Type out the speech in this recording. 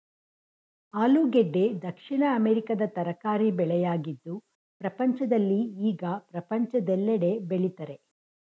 ಆಲೂಗೆಡ್ಡೆ ದಕ್ಷಿಣ ಅಮೆರಿಕದ ತರಕಾರಿ ಬೆಳೆಯಾಗಿದ್ದು ಪ್ರಪಂಚದಲ್ಲಿ ಈಗ ಪ್ರಪಂಚದೆಲ್ಲೆಡೆ ಬೆಳಿತರೆ